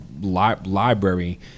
library